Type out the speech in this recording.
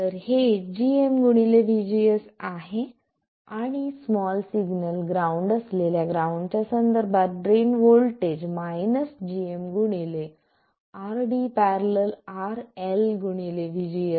तर हे gm vGS आहे आणि स्मॉल सिग्नल ग्राउंड असलेल्या ग्राउंडच्या संदर्भात drain voltage gm RD ║ RL vGS